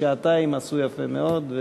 בשעתיים עשו יפה מאוד,